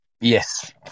Yes